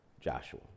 Joshua